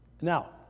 Now